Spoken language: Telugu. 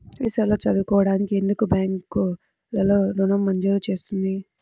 విదేశాల్లో చదువుకోవడానికి ఎందుకు బ్యాంక్లలో ఋణం మంజూరు చేస్తుంది?